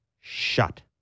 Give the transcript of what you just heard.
shut